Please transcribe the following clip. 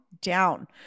down